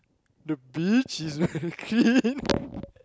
the beach is very clean